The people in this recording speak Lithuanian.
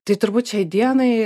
tai turbūt šiai dienai